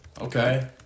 Okay